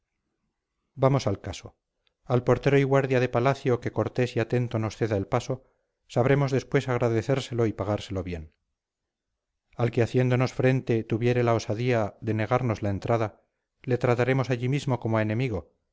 vamos al caso al portero y guardia de palacio que cortés y atento nos ceda el paso sabremos después agradecérselo y pagárselo bien al que haciéndonos frente tuviere la osadía de negarnos la entrada le trataremos allí mismo como a enemigo